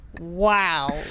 wow